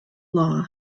law